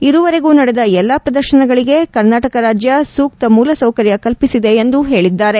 ಇದುವರೆಗೂ ನಡೆದ ಎಲ್ಲ ಪ್ರದರ್ಶನಗಳಿಗೆ ಕರ್ನಾಟಕ ರಾಜ್ಯ ಸೂಕ್ತ ಮೂಲ ಸೌಕರ್ಯ ಕಲ್ಪಿಸದೆ ಎಂದು ಹೇಳಿದ್ದಾರೆ